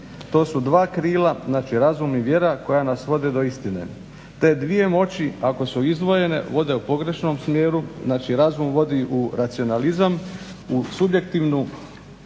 To su dva krila znači razum i vjera koja nas vode do istine. Te dvije moći ako su izdvojene vode u pogrješnom smjeru. Znači razum vodi u racionalizam u u subjektivnu